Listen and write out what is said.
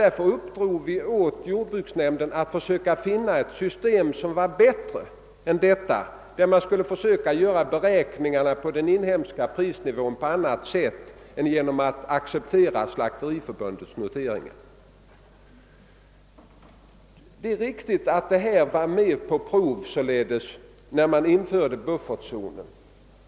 Därför uppdrog vi åt jordbruksnämnden att försöka finna ett system som var bättre än det nuvarande och enligt vilket beräkningarna av den inhemska prisnivån skulle kunna ske på annat sätt än genom att bara acceptera exempelvis Slakteriförbundets noteringar. Det är riktigt att det företogs ett prov när man införde buffertzonen.